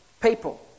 people